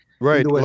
Right